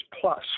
plus